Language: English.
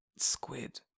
squid